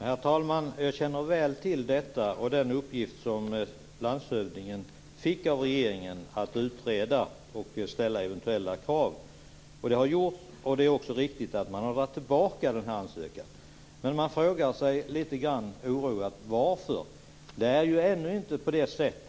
Herr talman! Jag känner väl till detta och den uppgift som landshövdingen fick av regeringen att utreda och ställa eventuella krav. Det har gjorts. Det är också riktigt att man har dragit tillbaka den här ansökan. Man frågar sig litet oroat varför.